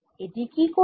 এটি কি করত